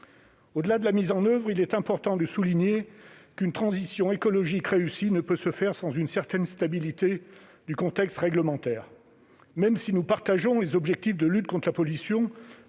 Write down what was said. Au-delà de la mise en oeuvre, il est important de souligner qu'une transition écologique réussie ne peut se faire sans une certaine stabilité du contexte réglementaire. Même si nous approuvons les objectifs de lutte contre la pollution,